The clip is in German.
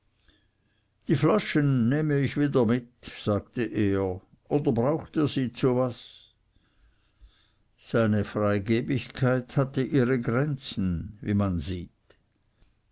die flaschen nehme ich wieder mit sagte er oder braucht ihr sie zu was seine freigebigkeit hatte ihre grenzen wie man sieht